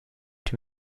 die